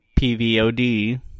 PVOD